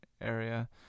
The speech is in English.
area